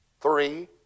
three